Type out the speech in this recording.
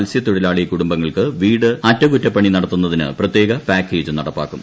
മൽസ്യത്തൊഴിലാളി കുടുംബങ്ങൾക്ക് വീട് അറ്റകുറ്റപ്പണി നടത്തുന്നതിന് പ്രത്യേക പാക്കേജ് നടപ്പാക്കും